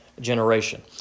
generation